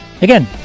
Again